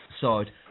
side